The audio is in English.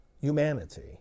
humanity